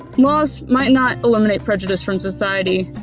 laws might not eliminate prejudice from society,